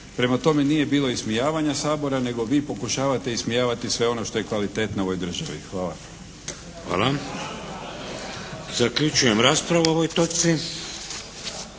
Prema tome, nije bilo ismijavanja Sabora nego vi pokušavate ismijavati sve ono što je kvalitetno u ovoj državi. Hvala. **Šeks, Vladimir (HDZ)** Hvala. Zaključujem raspravu o ovoj točci.